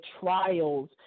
trials